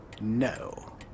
No